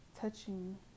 Touching